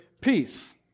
peace